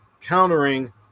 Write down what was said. countering